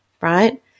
right